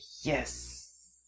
yes